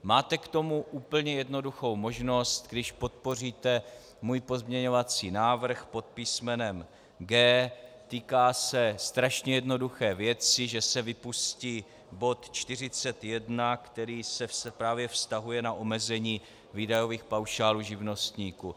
Máte k tomu úplně jednoduchou možnost, když podpoříte můj pozměňovací návrh pod písmenem G. Týká se strašně jednoduché věci, že se vypustí bod 41, který se právě vztahuje na omezení výdajových paušálů živnostníků.